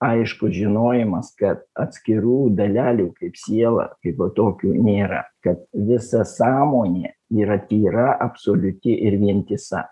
aiškus žinojimas kad atskirų dalelių kaip siela kaipo tokių nėra kad visa sąmonė yra tyra absoliuti ir vientisa